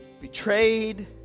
Betrayed